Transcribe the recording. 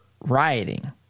rioting